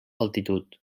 altitud